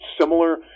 similar